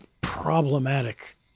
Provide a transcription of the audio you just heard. problematic